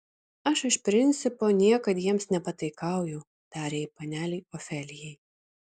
aš iš principo niekad jiems nepataikauju tarė ji panelei ofelijai